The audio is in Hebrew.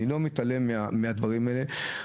אני לא מתעלם מהדברים האלה,